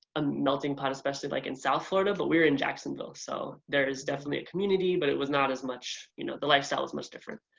a melting pot, especially like in south florida. but we're in jacksonville, so there is definitely a community but it was not as much. you know the lifestyle was much different.